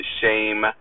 shame